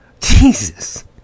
Jesus